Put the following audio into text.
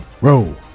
roll